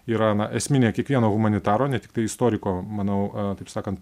yra na esminė kiekvieno humanitaro ne tiktai istoriko manau taip sakant